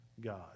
God